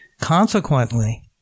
Consequently